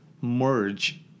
merge